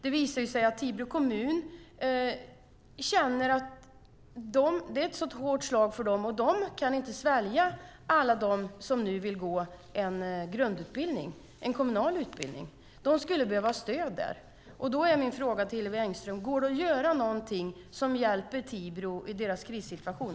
Det visar sig att Tibro kommun känner att det är ett så hårt slag att de inte kan svälja alla dem som nu vill gå en grundutbildning, en kommunal utbildning. De skulle behöva stöd där. Då är min fråga till Hillevi Engström: Går det att göra någonting som hjälper Tibro i dess krissituation?